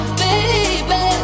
baby